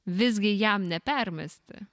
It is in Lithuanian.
visgi jam nepermesti